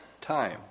time